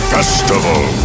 Festival